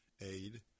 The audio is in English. aid